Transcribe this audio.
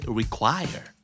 require